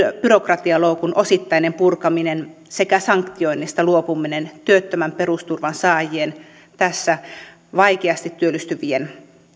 byrokratialoukun osittainen purkaminen sekä sanktioinnista luopuminen tässä työttömän perusturvan saajien vaikeasti työllistyvien